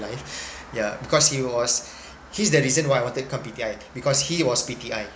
alive yeah because he was he's the reason why I wanted to become P_T_I because he was P_T_I